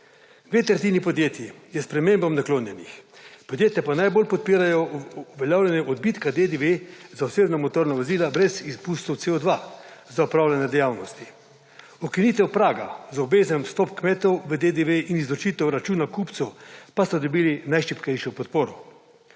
Dve tretjini podjetij je spremembam naklonjenih. Podjetja pa najbolj podpirajo uveljavljanje odbitka DDV za osebna motorna vozila brez izpustov CO2 za opravljanje dejavnosti. Ukinitev praga za obvezen vstop kmetov DDV in izločitev računa kupcu pa sta dobili najšibkejšo podporo.